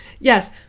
yes